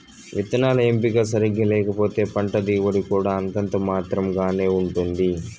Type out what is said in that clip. విత్తనాల ఎంపిక సరిగ్గా లేకపోతే పంట దిగుబడి కూడా అంతంత మాత్రం గానే ఉంటుంది